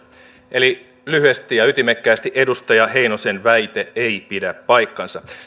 eli lyhyesti ja ytimekkäästi edustaja heinosen väite ei pidä paikkaansa